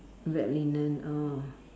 bed linen oh